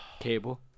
Cable